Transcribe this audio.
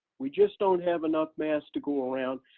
we just don't have enough masks to go around.